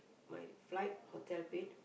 my flight hotel paid